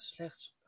slechts